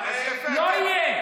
לא יהיה.